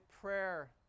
prayer